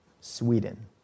Sweden